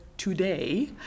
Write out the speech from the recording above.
today